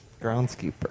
Groundskeeper